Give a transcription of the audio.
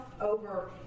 over